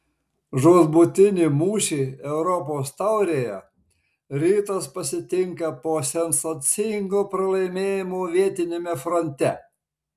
žūtbūtinį mūšį europos taurėje rytas pasitinka po sensacingo pralaimėjimo vietiniame fronte